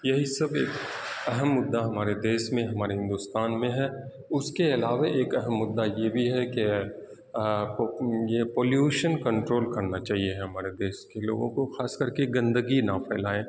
یہی سب ایک اہم مدعا ہمارے دیس میں ہمارے ہندوستان میں ہے اس کے علاوہ ایک اہم مدعا یہ بھی ہے کہ آپ کو یہ پالیوشن کنٹرول کرنا چاہیے ہمارے دیس کے لوگوں کو خاص کر کے گندگی نہ پھیلائیں